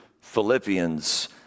Philippians